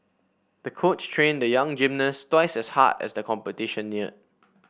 the coach trained the young gymnast twice as hard as the competition neared